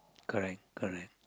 correct correct